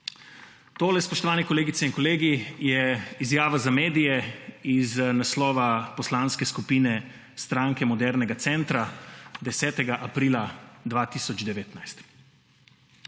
Tole, spoštovane kolegice in kolegi, je izjava za medije iz naslova poslanske skupine SMC, 10. aprila 2019.